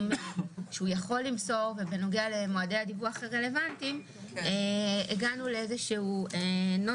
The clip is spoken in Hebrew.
שהוא יכול למסור ובנוגע למועדי הדיווח הרלוונטיים הגענו לנוסח